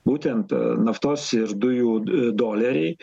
būtent naftos ir dujų doleriai